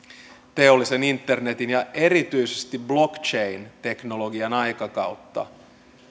teollisen internetin ja erityisesti blockchain teknologian aikakautta